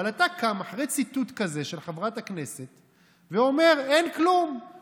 אבל אתה קם אחרי ציטוט כזה של חברת הכנסת ואומר: אין כלום,